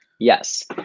Yes